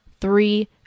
three